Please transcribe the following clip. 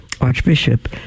archbishop